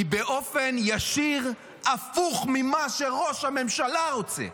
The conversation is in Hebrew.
היא באופן ישיר הפוך ממה שראש הממשלה רוצה.